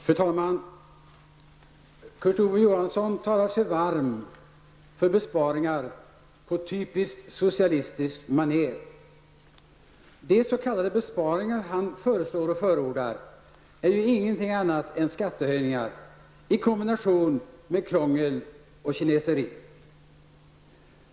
Fru talman! Kurt Ove Johansson talar sig varm för besparingar på typiskt socialistiskt maner. De s.k. besparingar han föreslår och förordar är ingenting annat än skattehöjningar i kombination med krångel och kineseri.